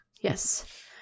Yes